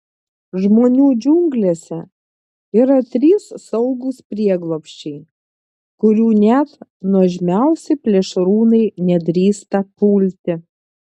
žmonių džiunglėse yra trys saugūs prieglobsčiai kurių net nuožmiausi plėšrūnai nedrįsta pulti